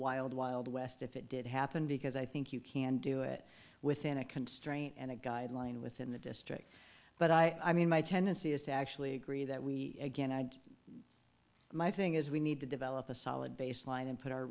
wild wild west if it did happen because i think you can do it within a constraint and a guideline within the district but i mean my tendency is to actually agree that we again my thing is we need to develop a solid base line and put our